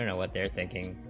you know what they're thinking